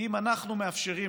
כי אם אנחנו מסכימים,